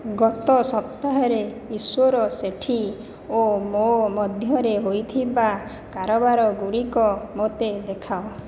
ଗତ ସପ୍ତାହରେ ଈଶ୍ୱର ସେଠୀ ଓ ମୋ ମଧ୍ୟରେ ହୋଇଥିବା କାରବାରଗୁଡ଼ିକ ମୋତେ ଦେଖାଅ